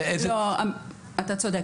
אתה צודק.